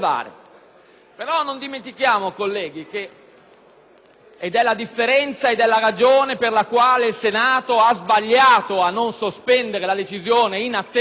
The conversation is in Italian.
colleghi - ed è la ragione per la quale il Senato ha sbagliato a non sospendere la decisione in attesa che il giudice ordinario si